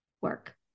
work